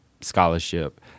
scholarship